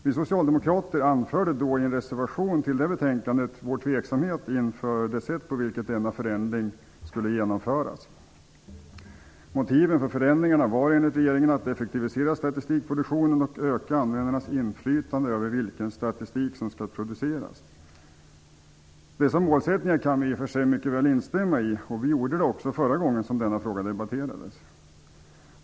Vi socialdemokrater anförde då i en reservation till det betänkandet vår tveksamhet inför det sätt på vilket denna förändring skulle genomföras. Motiven för förändringarna var enligt regeringen att effektivisera statistikproduktionen och öka användarnas inflytande över vilken statistik som skall produceras. Dessa målsättningar kan vi i och för sig mycket väl instämma i, och vi gjorde det också förra gången som denna fråga debatterades.